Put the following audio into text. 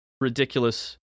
ridiculous